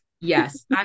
Yes